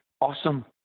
awesome